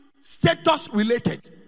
status-related